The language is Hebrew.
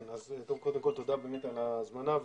קודם כל, תודה על ההזמנה.